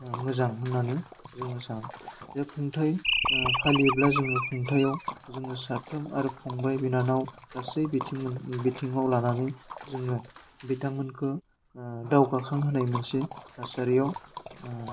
मोजां होन्नानै जोङो सानो बे खुंथाइ फालियोब्ला जोङो खुंथायाव जोङो साफ्रोम आरो फंबाइ बिनानाव गासै बिथांमोन बिथिङाव लानानै जोङो बिथांमोनखौ दावगाखां होनाय मोनसे थासारियाव